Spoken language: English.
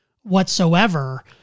whatsoever